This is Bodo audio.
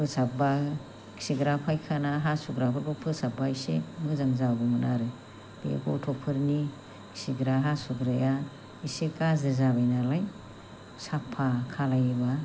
फोसाबब्ला खिग्रा फायखाना हासुग्राफोरखौ फोसाबबा एसे मोजां जागौमोन आरो बे गथ'फोरनि खिग्रा हासुग्राया एसे गाज्रि जाबाय नालाय साफा खालामोबा